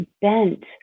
bent